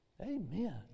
Amen